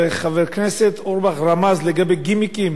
וחבר כנסת אורבך רמז לגבי גימיקים,